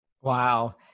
Wow